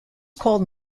called